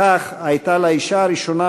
בכך הייתה לאישה הראשונה,